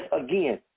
again